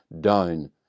down